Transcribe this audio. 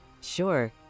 Sure